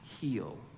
heal